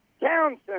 Townsend